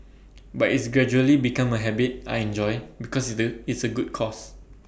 but it's gradually become A habit I enjoy because that it's A good cause